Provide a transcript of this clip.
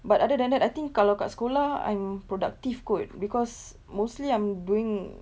but other than that I think kalau dekat sekolah I'm productive kot because mostly I'm doing